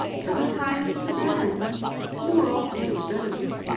sometimes the man's more often both.